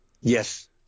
Yes